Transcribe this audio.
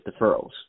deferrals